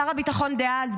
שר הביטחון דאז,